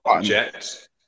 Jets